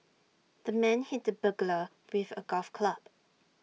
the man hit the burglar with A golf club